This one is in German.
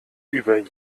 über